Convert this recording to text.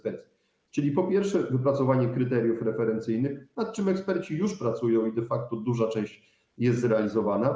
Po pierwsze, chodzi o wypracowanie kryteriów referencyjnych, nad czym eksperci już pracują, de facto duża część jest zrealizowana.